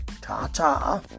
Ta-ta